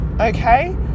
Okay